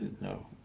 No